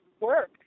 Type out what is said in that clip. Work